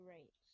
Right